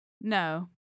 No